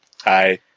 Hi